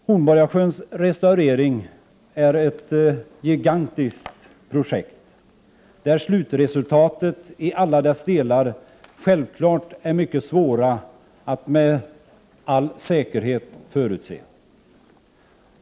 Hornborgasjöns restaurering är ett gigantiskt projekt, där slutresultatet i alla delar självfallet är mycket svårt att säkert förutse.